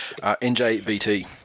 Njbt